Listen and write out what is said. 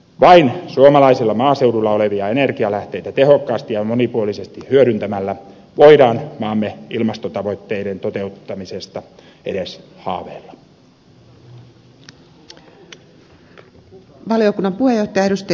vain suomalaisella maaseudulla olevia energialähteitä tehokkaasti ja monipuolisesti hyödyntämällä voidaan maamme ilmastotavoitteiden toteuttamisesta edes haaveilla